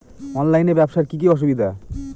অনলাইনে ব্যবসার কি কি অসুবিধা?